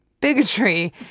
bigotry